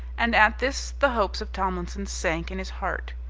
and at this the hopes of tomlinson sank in his heart.